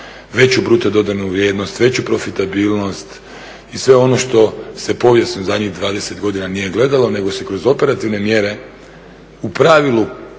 veću bruto dodanu vrijednost, veću profitabilnost i sve ono što se povijesno u zadnjih 20 godina nije gledalo nego se kroz operativne mjere u pravilu